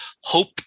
Hope